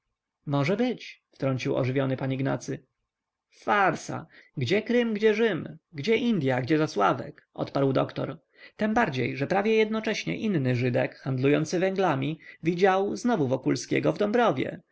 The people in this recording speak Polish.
może być wtrącił ożywiony pan ignacy farsa gdzie krym gdzie rzym gdzie indye a gdzie zasławek odparł doktor tembardziej że prawie jednocześnie inny żydek handlujący węglami widział znowu wokulskiego w dąbrowie